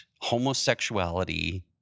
homosexuality